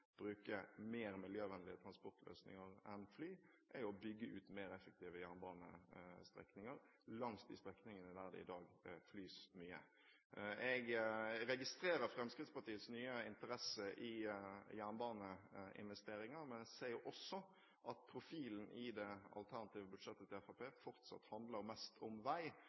bruke mer miljøvennlige transportløsninger enn fly, er å bygge ut mer effektive jernbanestrekninger på de strekningene der det i dag flys mye. Jeg registrerer Fremskrittspartiets nye interesse for jernbaneinvesteringer. Men jeg ser også at profilen i det alternative budsjettet til Fremskrittspartiet fortsatt handler mest om vei.